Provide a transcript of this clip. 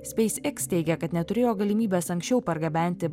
speis iks teigia kad neturėjo galimybės anksčiau pargabenti